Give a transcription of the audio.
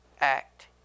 act